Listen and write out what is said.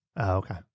okay